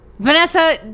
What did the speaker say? Vanessa